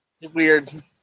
Weird